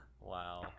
Wow